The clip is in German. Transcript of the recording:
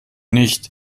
nicht